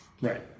Right